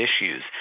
issues